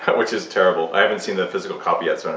which is terrible. i haven't seen the physical copy yet, so i